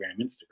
Instagram